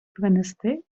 принести